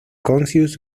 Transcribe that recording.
conscious